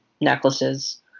necklaces